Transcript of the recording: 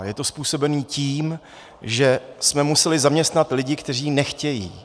Je to způsobeno tím, že jsme museli zaměstnat lidi, kteří nechtějí.